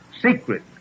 secret